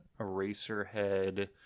Eraserhead